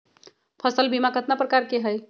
फसल बीमा कतना प्रकार के हई?